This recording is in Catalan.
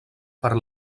per